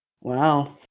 Wow